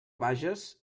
vages